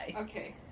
Okay